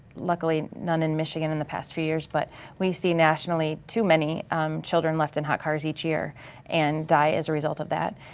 luckily none in michigan in the past few years but we see nationally too many um children left in hot cars each year and die as a result of that.